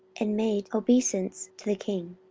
and made obeisance to the king.